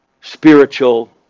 spiritual